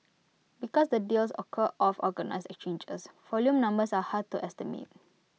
because the deals occur off organised exchanges volume numbers are hard to estimate